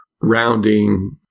rounding